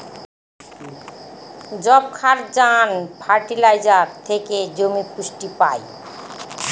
যবক্ষারজান ফার্টিলাইজার থেকে জমি পুষ্টি পায়